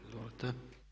Izvolite.